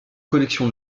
collection